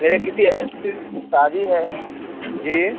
میرے کسی عزیر کی شادی ہے جی